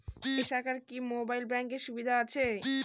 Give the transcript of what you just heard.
এই শাখায় কি মোবাইল ব্যাঙ্কের সুবিধা আছে?